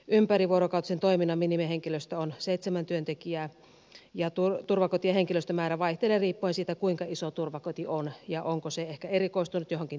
ympärivuorokautisen toiminnan minimihenkilöstö on seitsemän työntekijää ja turvakotien henkilöstömäärä vaihtelee riippuen siitä kuinka iso turvakoti on ja onko se ehkä erikoistunut johonkin toimintaan